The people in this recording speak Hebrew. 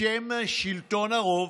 בשם שלטון הרוב,